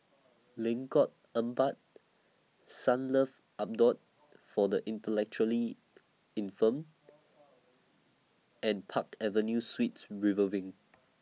Lengkok Empat Sunlove Abode For The Intellectually Infirmed and Park Avenue Suites River Wing